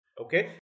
Okay